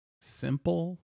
simple